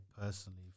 personally